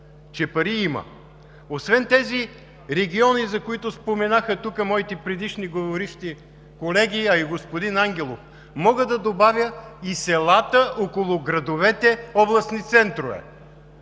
че пари има. Освен тези региони, за които споменаха тук моите преждеговоривши колеги, а и господин Ангелов, мога да добавя и селата около градовете областни центрове.